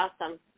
awesome